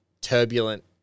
turbulent